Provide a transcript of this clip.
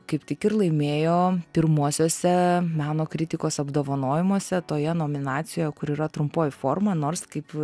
kaip tik ir laimėjo pirmuosiuose meno kritikos apdovanojimuose toje nominacijoj kur yra trumpoji forma nors kaip